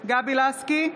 גבי לסקי,